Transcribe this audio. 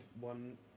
one